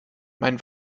mein